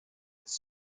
its